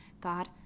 God